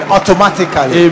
Automatically